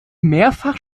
mehrfach